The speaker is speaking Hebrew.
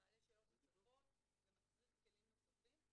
מעלה שאלות נוספות ומצריך כלים נוספים.